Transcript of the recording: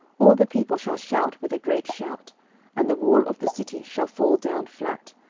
all the people shall shout with a great shout and the wall of the city shall fall down flat,